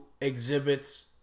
exhibits